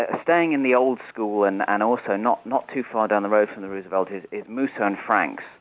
staying in the old school and and also not not too far down the road from the roosevelt, is musso and frank's.